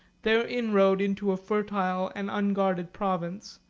their inroad into a fertile and unguarded province,